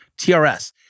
TRS